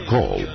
Call